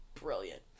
brilliant